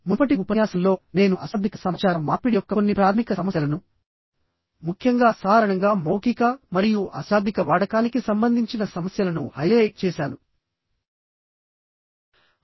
మునుపటి ఉపన్యాసంలో నేను అశాబ్దిక సమాచార మార్పిడి యొక్క కొన్ని ప్రాథమిక సమస్యలను ముఖ్యంగా సాధారణంగా మౌఖిక మరియు అశాబ్దిక వాడకానికి సంబంధించిన సమస్యలను హైలైట్ చేసాను